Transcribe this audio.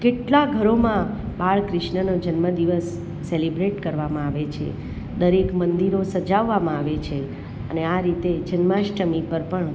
કેટલા ઘરોમાં બાળકૃષ્ણનો જન્મદિવસ સેલિબ્રેટ કરવામાં આવે છે દરેક મંદિરો સજાવવામાં આવે છે અને આ રીતે જન્માષ્ટમી પર પણ